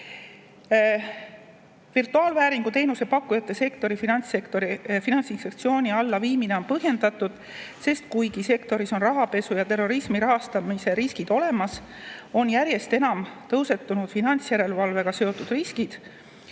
Virtuaalvääringu teenusepakkujate sektori Finantsinspektsiooni alla viimine on põhjendatud, sest kuigi sektoris on rahapesu ja terrorismi rahastamise riskid olemas, on järjest enam tõusetunud finantsjärelevalvega seotud riskid,